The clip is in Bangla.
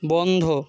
বন্ধ